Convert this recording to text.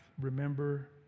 remember